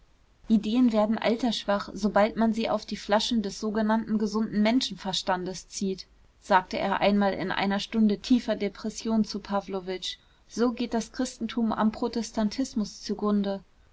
ideen werden altersschwach sobald man sie auf die flaschen des sogenannten gesunden menschenverstandes zieht sagte er einmal in einer stunde tiefer depression zu pawlowitsch so geht das christentum am protestantismus zugrunde